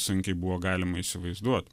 sunkiai buvo galima įsivaizduot